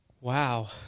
Wow